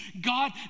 God